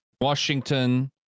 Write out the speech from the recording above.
Washington